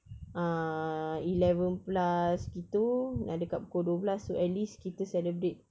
uh eleven plus gitu nak dekat pukul dua belas so at least kita celebrate